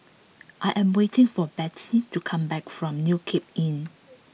I am waiting for Bette to come back from New Cape Inn